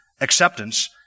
acceptance